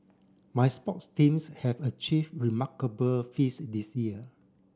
my sports teams have achieved remarkable feats this year